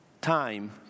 time